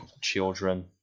children